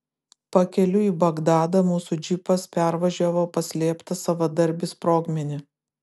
pakeliui į bagdadą mūsų džipas pervažiavo paslėptą savadarbį sprogmenį